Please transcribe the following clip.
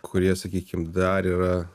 kurie sakykim dar yra